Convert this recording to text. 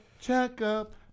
checkup